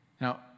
Now